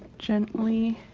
gently